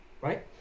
Right